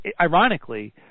Ironically